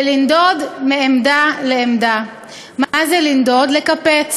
פסק-הדין לגבי עמונה ניתן במסגרת